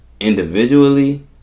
Individually